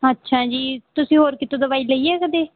ਅੱਛਾ ਜੀ ਤੁਸੀਂ ਹੋਰ ਕਿਤੋਂ ਦਵਾਈ ਲਈ ਹੈ ਕਦੇ